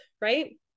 right